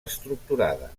estructurada